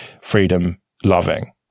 freedom-loving